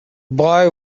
boy